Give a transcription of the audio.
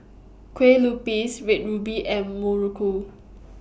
Kueh Lupis Red Ruby and Muruku